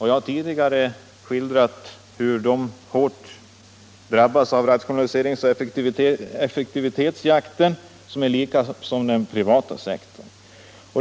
Jag har tidigare skildrat hur man där i likhet med vad fallet är i den privata sektorn drabbas av rationaliseringsoch effektivitetsjakten.